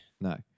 No